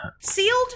Sealed